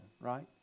right